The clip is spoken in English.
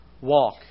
walk